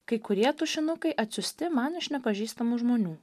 kai kurie tušinukai atsiųsti man iš nepažįstamų žmonių